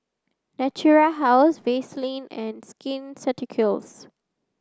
Natura House Vaselin and Skin Ceuticals